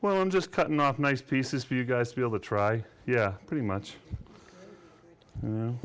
well i'm just cut not nice pieces for you guys to be able to try yeah pretty much no